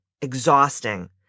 exhausting